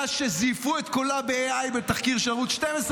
שזייפו את קולה ב-AI בתחקיר של ערוץ 12,